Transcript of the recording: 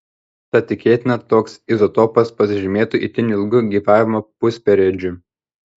tad tikėtina toks izotopas pasižymėtų itin ilgu gyvavimo pusperiodžiu